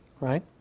right